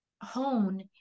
hone